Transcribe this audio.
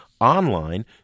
online